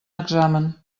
examen